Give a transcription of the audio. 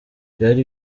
byari